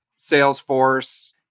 Salesforce